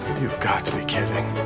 you've got to be kidding.